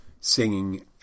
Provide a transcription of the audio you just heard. singing